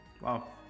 Wow